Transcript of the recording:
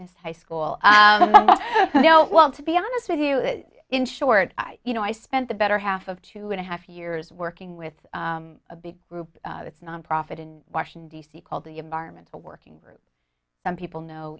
this high school you know well to be honest with you in short you know i spent the better half of two and a half years working with a big group it's nonprofit in washington d c called the environmental working group some people know